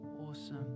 awesome